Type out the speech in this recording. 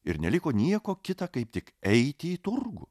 ir neliko nieko kita kaip tik eiti į turgų